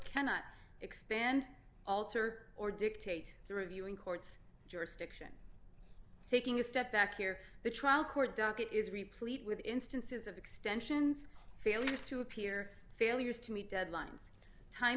cannot expand alter or dictate the reviewing court's jurisdiction taking a step back here the trial court docket is replete with instances of extensions failure to appear failures to meet deadlines time